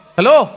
Hello